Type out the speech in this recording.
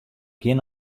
gean